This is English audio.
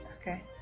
Okay